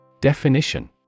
Definition